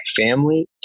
family